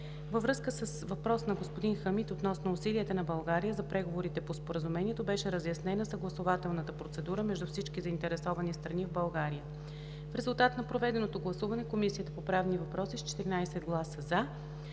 Във връзка с въпрос на господин Хамид относно усилията на България в преговорите по споразумението беше разяснена съгласувателната процедура между всички заинтересовани страни в България. В резултат на проведеното гласуване Комисията по правни въпроси с 14 гласа „за“,